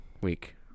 week